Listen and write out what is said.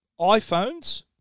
iPhones